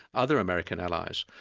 other american allies.